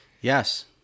yes